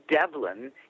Devlin